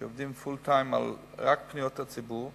שעובדים "פול טיים" רק על פניות הציבור,